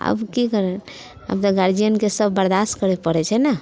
आब की करब आब तऽ गार्जियनके सभ बर्दाश्त करै पड़ै छै ने